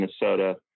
Minnesota